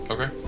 Okay